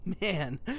man